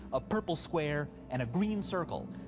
a purple square and a green circle,